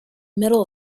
middle